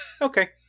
okay